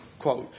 quote